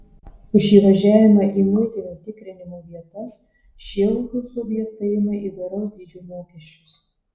už įvažiavimą į muitinio tikrinimo vietas šie ūkio subjektai ima įvairaus dydžio mokesčius